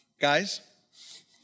guys